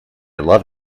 love